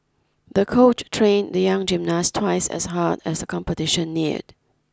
the coach trained the young gymnast twice as hard as competition neared